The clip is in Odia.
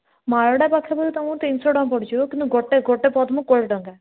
ମାଳଟା ପାଖାପାଖି ତୁମକୁ ତିନିଶ ଟଙ୍କା ପଡ଼ିଯିବ କିନ୍ତୁ ଗୋଟେ ଗୋଟେ ପଦ୍ମ କୋଡ଼ିଏ ଟଙ୍କା